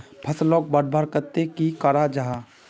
फसलोक बढ़वार केते की करा जाहा?